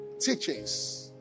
teachings